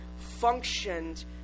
functioned